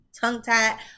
tongue-tied